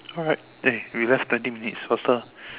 alright eh we left twenty minutes faster